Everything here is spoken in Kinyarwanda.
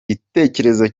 gitekerezo